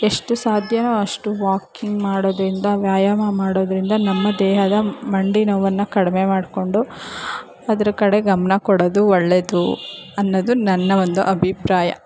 ಎಷ್ಟು ಸಾಧ್ಯವೋ ಅಷ್ಟು ವಾಕಿಂಗ್ ಮಾಡೋದರಿಂದ ವ್ಯಾಯಾಮ ಮಾಡೋದರಿಂದ ನಮ್ಮ ದೇಹದ ಮಂಡಿ ನೋವನ್ನು ಕಡಿಮೆ ಮಾಡಿಕೊಂಡು ಅದ್ರ ಕಡೆ ಗಮನ ಕೊಡೋದು ಒಳ್ಳೆಯದು ಅನ್ನೋದು ನನ್ನ ಒಂದು ಅಭಿಪ್ರಾಯ